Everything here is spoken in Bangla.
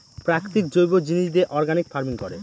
প্রাকৃতিক জৈব জিনিস দিয়ে অর্গানিক ফার্মিং করে